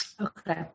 Okay